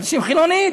אנשים חילונים,